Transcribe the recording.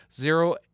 Zero